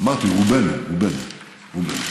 אמרתי: רובנו, רובנו.